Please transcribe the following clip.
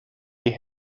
die